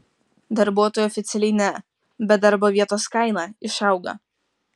darbuotojui oficialiai ne bet darbo vietos kaina išauga